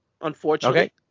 unfortunately